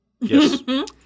Yes